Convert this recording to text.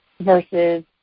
versus